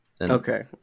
Okay